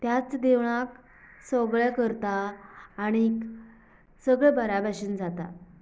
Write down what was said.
त्यांच देवळांत सगळें करता आनी सगळें बऱ्या भाशेन जातात